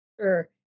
Sure